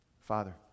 Father